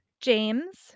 James